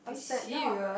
to set ya